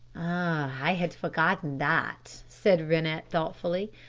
i had forgotten that, said rennett thoughtfully.